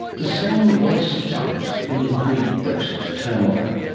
the sane voice of science, amid the brexit turmoil.